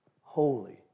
Holy